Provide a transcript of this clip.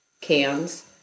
cans